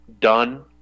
done